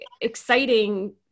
exciting